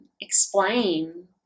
explain